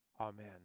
Amen